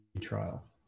trial